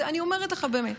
אני אומרת לך באמת.